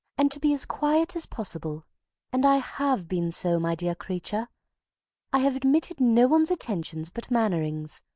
and to be as quiet as possible and i have been so, my dear creature i have admitted no one's attentions but mainwaring's.